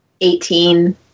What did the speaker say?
eighteen